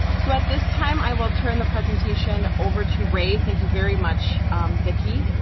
so, at this time i will turn the presentation over to ray. thank you very much vicki.